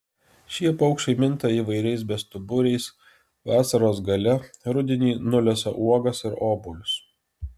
šie paukščiai minta įvairiais bestuburiais vasaros gale rudenį nulesa uogas ir obuolius